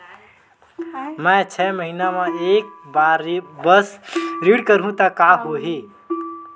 मैं छै महीना म एक बार बस ऋण करहु त का होही?